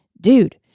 dude